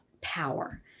power